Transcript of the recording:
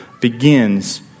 begins